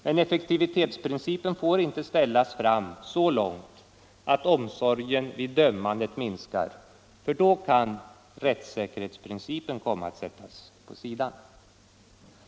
Men effektivitetsprincipen får inte ställas fram så långt att omsorgen vid dömandet minskar, för då kan rättssäkerhetsprincipen komma att sättas åsido.